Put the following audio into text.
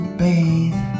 bathe